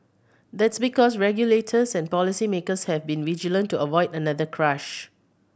that's because regulators and policy makers have been vigilant to avoid another crash